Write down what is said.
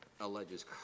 alleges